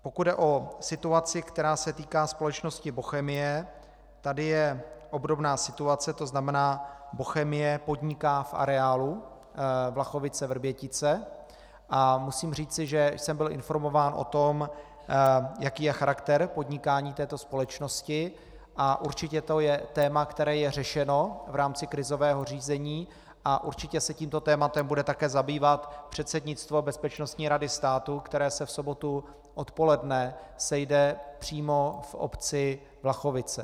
Pokud jde o situaci, která se týká společnosti Bochemie, tady je obdobná situace, to znamená, Bochemie podniká v areálu VlachoviceVrbětice a musím říci, že jsem byl informován o tom, jaký je charakter podnikání této společnosti, a určitě to je téma, které je řešeno v rámci krizového řízení, a určitě se tímto tématem bude také zabývat předsednictvo Bezpečnostní rady státu, které se v sobotu odpoledne sejde přímo v obci Vlachovice.